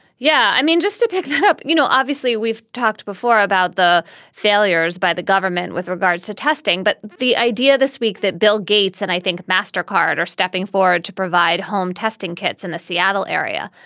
yeah. i mean, just to pick up, you know, obviously we've talked before about the failures by the government with regards to testing. but the idea this week that bill gates and i think mastercard are stepping forward to provide home testing kits in the seattle area.